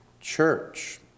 Church